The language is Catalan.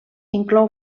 inclou